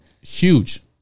Huge